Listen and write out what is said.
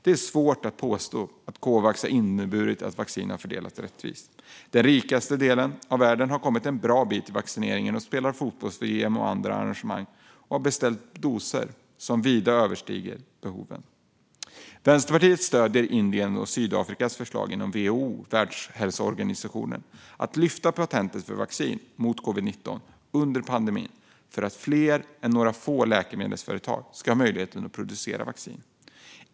Det är svårt att påstå att Covax har inneburit att vaccin har fördelats rättvist. Den rikaste delen av världen har kommit en bra bit i vaccineringen, spelar fotbolls-EM och anordnar andra arrangemang, och har beställt doser som vida överstiger behoven. Vänsterpartiet stöder Indiens och Sydafrikas förslag inom WHO, Världshälsoorganisationen, att lyfta patentet för vaccin mot covid-19 under pandemin för att fler än några få läkemedelsföretag ska ha möjlighet att producera vaccin.